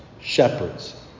shepherds